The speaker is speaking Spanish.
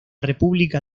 república